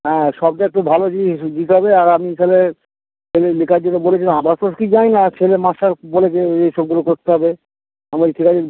হ্যাঁ সব তো একটু ভালো জিনিস দিতে হবে আর আমি থালে আমি লেখার যেটা বলেছিলাম সব কী জানি না ছেলের মাস্টার বলেছে এএই সবগুলো করতে হবে আমি বললাম ঠিক আছে